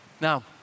Now